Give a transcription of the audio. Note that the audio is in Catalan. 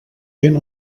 vent